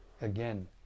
again